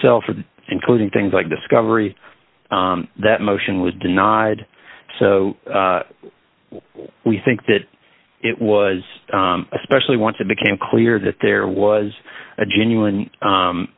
self including things like discovery that motion was denied so we think that it was especially once it became clear that there was a genuine